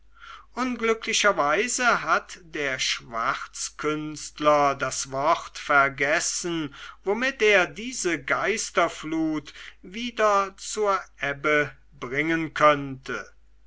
unglücklicherweise hat der schwarzkünstler das wort vergessen womit er diese geisterflut wieder zur ebbe bringen könnte